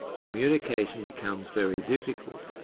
communication becomes very difficult.